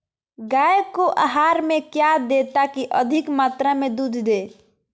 गाय को आहार में क्या दे ताकि अधिक मात्रा मे दूध दे?